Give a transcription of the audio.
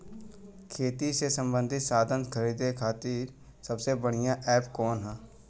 खेती से सबंधित साधन खरीदे खाती सबसे बढ़ियां एप कवन ह?